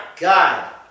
God